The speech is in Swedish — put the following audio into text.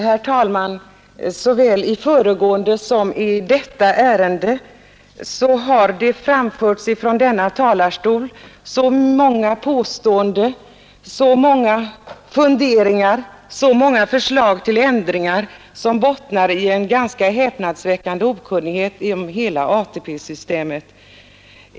Herr talman! Såväl i föregående som i detta ärende har det framförts från denna talarstol så många påståenden, funderingar och förslag till ändringar som bottnar i en ganska häpnadsväckande okunnighet om hela ATP-systemet.